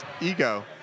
ego